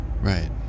right